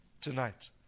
tonight